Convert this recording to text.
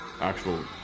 actual